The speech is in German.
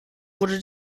wurde